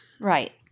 Right